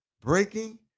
breaking